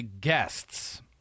Guests